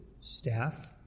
staff